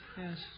yes